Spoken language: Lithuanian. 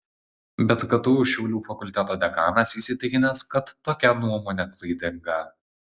bet ktu šiaulių fakulteto dekanas įsitikinęs kad tokia nuomonė klaidinga